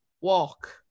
walk